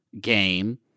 game